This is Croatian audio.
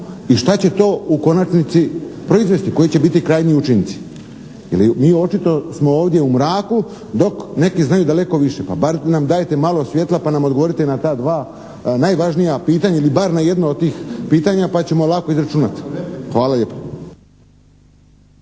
i šta će to u konačnici proizvesti? Koji će biti krajnji učinci? Jel' mi očito smo ovdje u mraku dok neki znaju daleko više, pa bar nam dajte malo svjetla pa nam odgovorite na ta dva najvažnija pitanja ili bar na jedno od tih pitanja, pa ćemo lako izračunati. Hvala lijepo.